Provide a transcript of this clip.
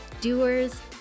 doers